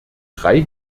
drei